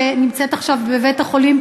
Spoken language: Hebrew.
שנמצאת עכשיו בבית-החולים,